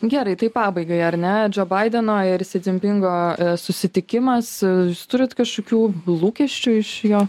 gerai tai pabaigai ar ne džo baideno ir si dzinpingo susitikimas jūs turite kažkokių lūkesčių iš jo